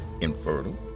infertile